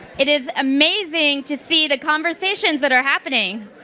it is amazing to see the conversations that are happening.